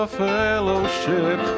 fellowship